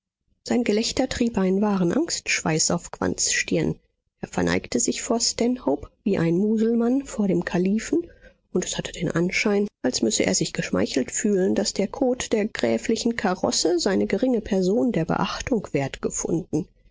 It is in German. sein gelächter trieb einen wahren angstschweiß auf quandts stirn er verneigte sich vor stanhope wie ein muselmann vor dem kalifen und es hatte den anschein als müsse er sich geschmeichelt fühlen daß der kot der gräflichen karosse seine geringe person der beachtung wert gefunden